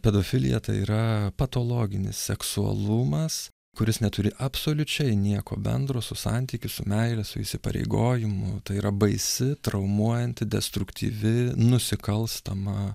pedofilija tai yra patologinis seksualumas kuris neturi absoliučiai nieko bendro su santykiu su meile su įsipareigojimu tai yra baisi traumuojanti destruktyvi nusikalstama